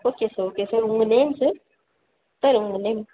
okay sir okay sir உங்கள் name sir sir உங்கள் name